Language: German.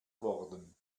worden